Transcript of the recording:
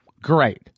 great